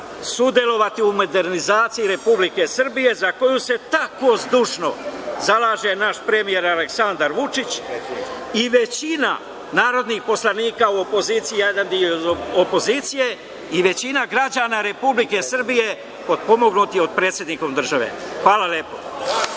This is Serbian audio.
sudelovati u modernizaciji Republike Srbije, za koju se tako zdušno zalaže naš premijer Aleksandar Vučić i većina narodnih poslanika u opoziciji i većina građana Republike Srbije, potpomognuti od predsednika države. Hvala lepo.